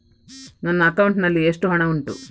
ನನ್ನ ಅಕೌಂಟ್ ನಲ್ಲಿ ಎಷ್ಟು ಹಣ ಉಂಟು?